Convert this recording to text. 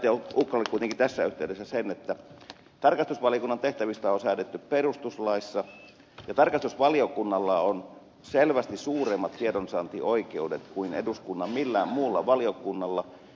ukkolalle kuitenkin tässä yhteydessä sen että tarkastusvaliokunnan tehtävistä on säädetty perustuslaissa ja tarkastusvaliokunnalla on selvästi suuremmat tiedonsaantioikeudet kuin eduskunnan millään muulla valiokunnalla